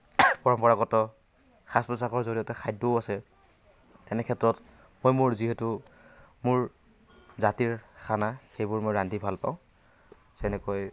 পৰম্পৰাগত সাজ পোচাকৰ জৰিয়তে খাদ্যও আছে তেনে ক্ষেত্ৰত মই মোৰ যিহেতু মোৰ জাতিৰ খানা সেইবোৰ মই ৰান্ধি ভালপাওঁ যেনেকৈ